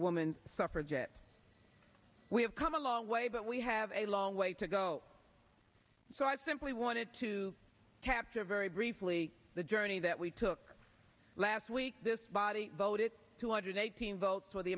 woman's suffrage it we have come a long way but we have a long way to go so i simply wanted to capture a very briefly the journey that we took last week this body voted two hundred eighteen votes for the